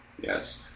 Yes